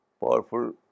powerful